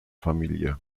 familie